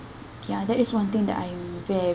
ya that is one thing that I'm